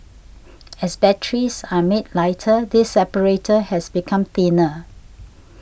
as batteries are made lighter this separator has become thinner